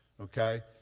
okay